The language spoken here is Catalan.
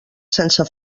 sense